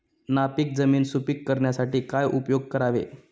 नापीक जमीन सुपीक करण्यासाठी काय उपयोग करावे?